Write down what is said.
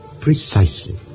Precisely